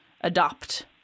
adopt